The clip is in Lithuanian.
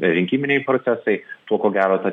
rinkiminiai procesai tuo ko gero tas